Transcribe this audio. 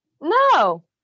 No